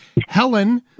Helen